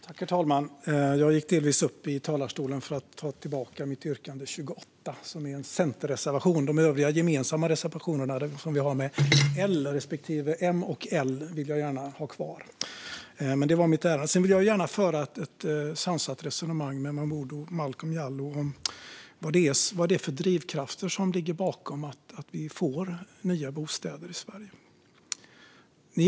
Herr talman! Jag gick delvis upp i talarstolen för att ta tillbaka mitt yrkande 28, som är en centerreservation. De övriga gemensamma reservationer som vi har med L respektive M och L vill jag gärna ha kvar. Det var mitt ärende. Sedan vill jag gärna föra ett sansat resonemang med Momodou Malcolm Jallow om vad det är för drivkrafter som ligger bakom att vi får nya bostäder i Sverige.